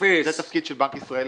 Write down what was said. זה תפקיד של בנק ישראל.